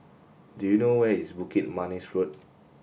do you know where is Bukit Manis Road